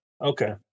Okay